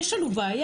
יש לנו בעיה,